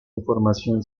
información